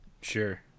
Sure